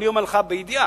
אני אומר לך בידיעה,